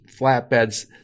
flatbeds